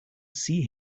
see